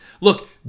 Look